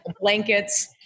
Blankets